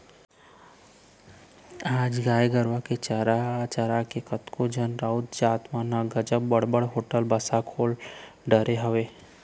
आज गाय गरुवा ल चरा चरा के कतको झन राउत जात के मन ह गजब बड़ बड़ होटल बासा खोल डरे हवय